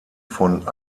von